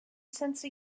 sense